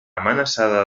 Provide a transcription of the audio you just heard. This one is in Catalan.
amenaçada